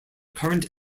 current